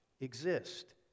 exist